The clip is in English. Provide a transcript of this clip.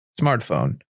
smartphone